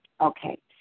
Okay